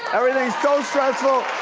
everything's so stressful.